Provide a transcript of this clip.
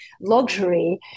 luxury